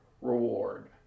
reward